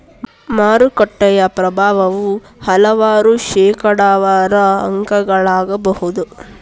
ಮಾರುಕಟ್ಟೆಯ ಪ್ರಭಾವವು ಹಲವಾರು ಶೇಕಡಾವಾರು ಅಂಕಗಳಾಗಬಹುದು